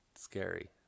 scary